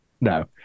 no